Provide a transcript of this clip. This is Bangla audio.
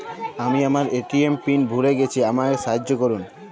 আমি আমার এ.টি.এম পিন ভুলে গেছি আমাকে সাহায্য করুন